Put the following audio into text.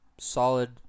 Solid